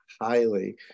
highly